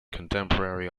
contemporary